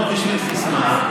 זה טוב בשביל סיסמה,